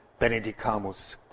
Benedicamus